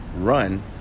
run